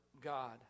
God